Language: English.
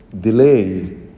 delay